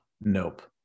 Nope